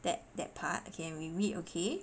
that that part okay we read okay